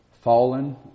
fallen